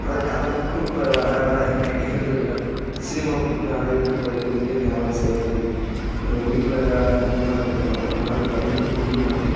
அதான் கதை புக்கும் இப்போ வர வர கிடைகிறது இல்லை சினிமா புக்குங்க அது இதுன்னு படிக்கிறதுக்கே நேரம் சரியாக இக்குது எங்கள் வீட்டில் வேலை அதிகமாக இருக்கிறனால நம்பளால் படிக்கவும் முடிய மாடுது